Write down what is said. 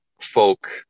folk